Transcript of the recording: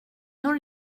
har